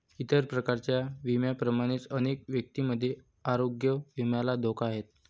इतर प्रकारच्या विम्यांप्रमाणेच अनेक व्यक्तींमध्ये आरोग्य विम्याला धोका आहे